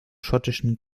schottischen